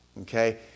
okay